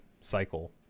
cycle